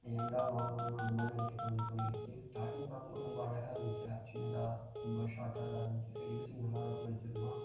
ஏன்டா வாங்கினோம்னு அந்த மாதிரி நினைக்க தோணிடுச்சு ஸ்டார்டிங் பார்க்கும் போது ரொம்ப அழகாக இருந்துச்சு லேப் சின்னதாக ரொம்ப ஷார்ட்டாக இதாக இருந்துச்சு சரி யூசிங் நல்லாயிருக்கும் நினச்சிட்ருந்தோம்